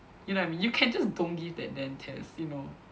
you know what I mean you can just don't give that damn test you know